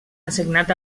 assignat